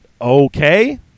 okay